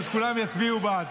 כולם יצביעו בעד.